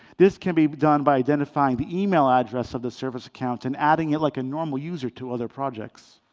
this can be done by identifying the email address of the service account and adding it like a normal user to other projects.